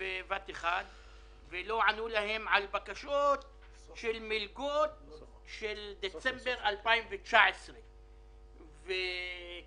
2019.